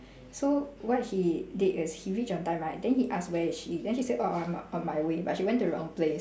so what he did is he reach on time right then he ask where is she then she said orh I'm on my way but she went to the wrong place